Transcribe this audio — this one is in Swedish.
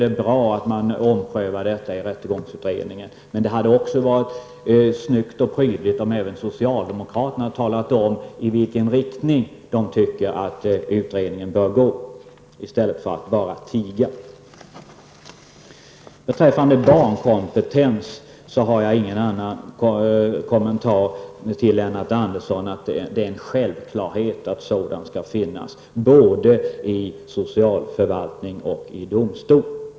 Det är bra att man omprövar detta i rättegångsutredningen. Det hade också varit snyggt och prydligt om även socialdemokraterna hade talat om i vilken riktning de tycker att utredningen skall arbeta, i stället för att bara tiga. Beträffande barnkompetens har jag ingen annan kommentar till Lennart Andersson än att det är en självklarhet att en sådan skall finnas, både i socialförvaltningar och i domstolar.